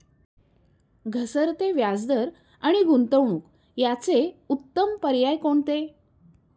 घसरते व्याजदर आणि गुंतवणूक याचे उत्तम पर्याय कोणते?